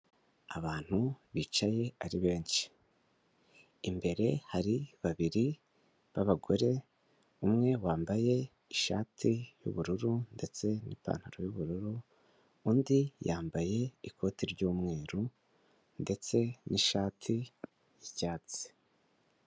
Abantu bicaye ari benshi, imbere hari babiri b'abagore, umwe wambaye ishati y'ubururu ndetse n'ipantaro y'ubururu, undi yambaye ikoti ry'umweru ndetse n'ishati y'icyatsi.